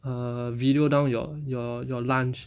err video down your your your lunch